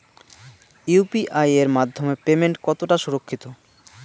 UPI এর মাধ্যমে payment কতটা সুরক্ষিত?